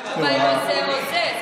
אבל זה לא זה או זה.